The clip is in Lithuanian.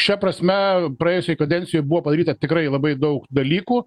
šia prasme praėjusioj kadencijoj buvo padaryta tikrai labai daug dalykų